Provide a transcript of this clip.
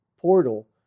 portal